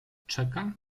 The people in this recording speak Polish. czeka